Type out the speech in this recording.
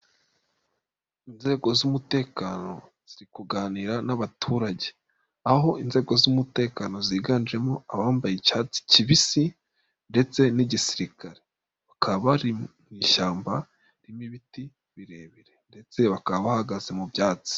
Inzego z'umutekano ziri kuganira n'abaturage, aho inzego z'umutekano ziganjemo abambaye icyatsi kibisi ndetse n'igisirikare, bakaba bari mu ishyamba ririmo ibiti birebire ndetse bakaba bahagaze mu byatsi.